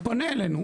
הוא פונה אלינו,